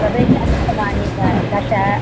प्रवेशपुस्तकानि दश